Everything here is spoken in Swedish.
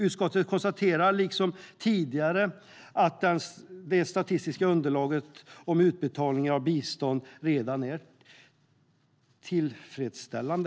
Utskottet konstaterar liksom tidigare att det statistiska underlaget om utbetalningar av bistånd redan är tillfredsställande.